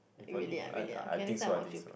really ah really ah okay next time I watch you play